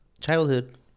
childhood